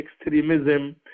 extremism